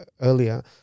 earlier